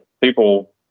people